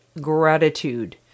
gratitude